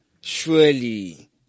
surely